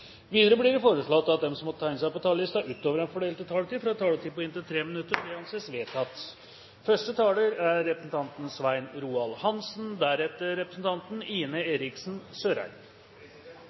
Videre blir det foreslått at de som måtte tegne seg på talerlisten utover den fordelte taletid, får en taletid på inntil 3 minutter. – Det anses vedtatt. Første taler er representanten Svein Roald Hansen, deretter representanten Ine M. Eriksen Søreide.